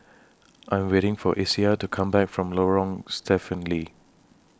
I'm waiting For Isaiah to Come Back from Lorong Stephen Lee